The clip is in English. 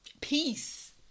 peace